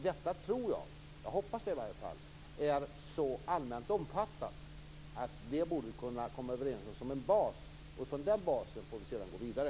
Jag tror - i varje fall hoppas jag det - att detta är så allmänt omfattat att vi borde kunna komma överens om det som en bas, utifrån vilken vi sedan kan gå vidare.